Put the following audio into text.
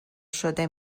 شده